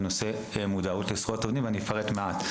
בנוגע לנושא של מודעות לזכויות עובדים ואני אפרט מעט.